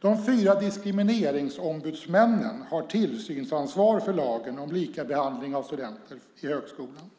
De fyra diskrimineringsombudsmännen har tillsynsansvar för lagen om likabehandling av studenter i högskolan.